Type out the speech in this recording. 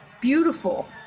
beautiful